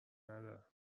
ندارن